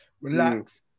relax